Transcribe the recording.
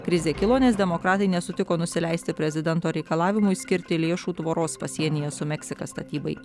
krizė kilo nes demokratai nesutiko nusileisti prezidento reikalavimui skirti lėšų tvoros pasienyje su meksika statybai